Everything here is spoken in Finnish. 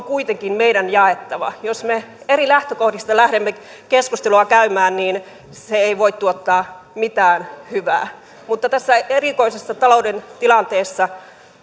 kuitenkin meidän jaettava jos me eri lähtökohdista lähdemme keskustelua käymään niin se ei voi tuottaa mitään hyvää mutta tässä erikoisessa talouden tilanteessa